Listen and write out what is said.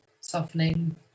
softening